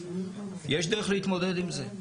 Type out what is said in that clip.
יש דרך להתמודד עם זה.